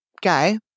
guy